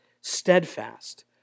steadfast